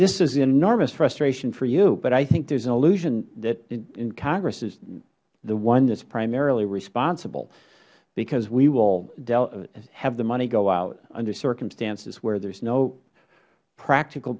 this is enormous frustration for you but i think there is an illusion that congress is the one that is primarily responsible because we have the money go out under circumstances where there is no practical